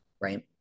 right